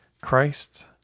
Christ